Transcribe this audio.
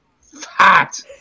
fat